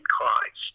Christ